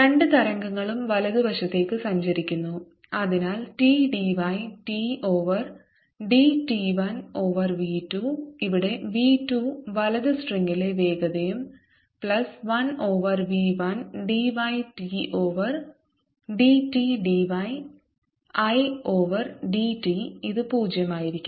രണ്ട് തരംഗങ്ങളും വലതുവശത്തേക്ക് സഞ്ചരിക്കുന്നു അതിനാൽ T dy T over d T1 over v2 ഇവിടെ v2 വലത് സ്ട്രിംഗിലെ വേഗതയും plus 1 over v 1 d y T over d t d y I over d t ഇത് പൂജ്യമായിരിക്കണം